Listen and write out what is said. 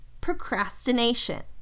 procrastination